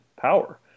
power